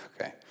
okay